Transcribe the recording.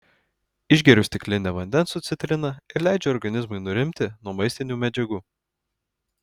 išgeriu stiklinę vandens su citrina ir leidžiu organizmui nurimti nuo maistinių medžiagų